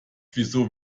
wieso